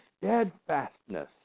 Steadfastness